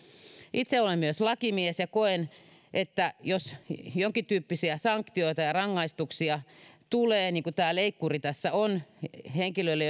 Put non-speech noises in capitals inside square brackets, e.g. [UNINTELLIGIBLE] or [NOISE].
itse olen myös lakimies ja koen että jos jonkintyyppisiä sanktioita ja rangaistuksia tulee niin kuin tämä leikkuri tässä on henkilölle [UNINTELLIGIBLE]